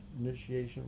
initiation